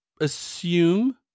assume